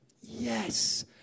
yes